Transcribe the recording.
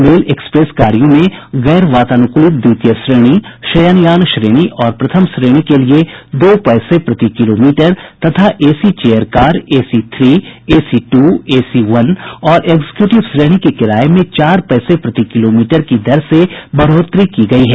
mail express गाड़ियों में गैर वातानुकूलित द्वितीय श्रेणी शयनयान श्रेणी और प्रथम श्रेणी के लिए दो पैसे प्रति किलोमीटर तथा AC chair car AC three AC two AC one और एग्जीक्यूटिव श्रेणी के किराये में चार पैसे प्रति किलोमीटर की दर से व्रद्धि की गयी है